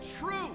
true